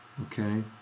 Okay